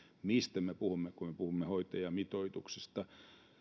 mistä me puhumme kun puhumme hoitajamitoituksesta